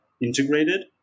integrated